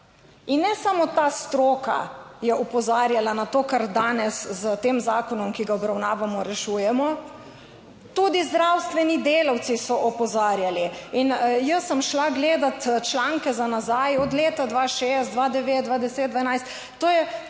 In ne samo ta stroka je opozarjala na to, kar danes s tem zakonom, ki ga obravnavamo, rešujemo. Tudi zdravstveni delavci so opozarjali. In jaz sem šla gledat članke za nazaj od leta 2006, 2009, 2010, 2012 to je